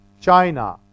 China